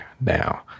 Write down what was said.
now